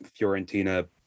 Fiorentina